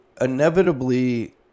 inevitably